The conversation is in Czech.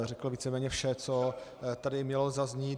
Řekl víceméně vše, co tady mělo zaznít.